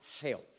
health